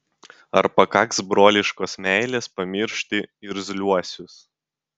ar pakaks broliškos meilės pamiršti irzliuosius